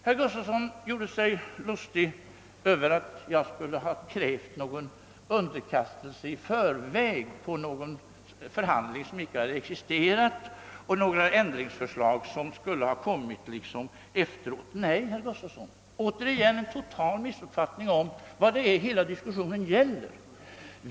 Herr Gustafsson i Skellefteå gjorde sig lustig över att jag skulle ha krävt någon underkastelse i förväg beträffande en överenskommelse som icke hade existerat och i fråga om några förslag som skulle ha kommit efteråt. Nej, herr Gustafsson, detta är återigen en total missuppfattning av vad hela diskussionen gäller.